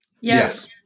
Yes